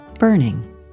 Burning